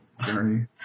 Journey